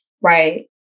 Right